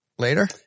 Later